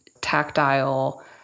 tactile